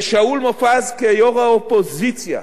ושאול מופז, כיו"ר האופוזיציה,